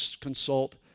consult